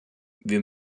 wir